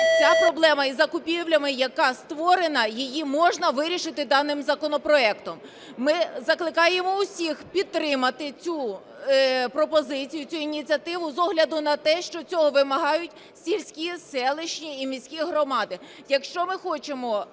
Ця проблема із закупівлями, яка створена, її можна вирішити даним законопроектом. Ми закликаємо всіх підтримати цю пропозицію, цю ініціативу з огляду на те, що цього вимагають сільські, селищні і міські громади.